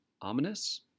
ominous